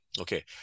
Okay